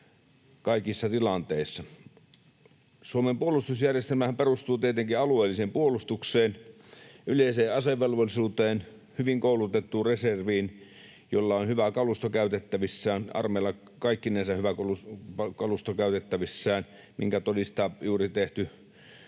kaikissa tilanteissa. Suomen puolustusjärjestelmähän perustuu tietenkin alueelliseen puolustukseen, yleiseen asevelvollisuuteen ja hyvin koulutettuun reserviin, jolla on hyvä kalusto käytettävissään. Armeijalla kaikkinensa on hyvä kalusto käytettävissään, minkä todistavat juuri tehty